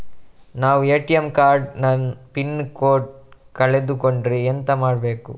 ನಾವು ATM card ನ pin code ಕಳೆದು ಕೊಂಡ್ರೆ ಎಂತ ಮಾಡ್ಬೇಕು?